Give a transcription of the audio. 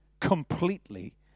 completely